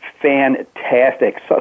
fantastic